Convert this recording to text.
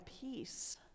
peace